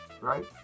right